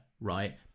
Right